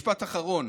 משפט אחרון.